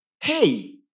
Hey